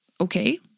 Okay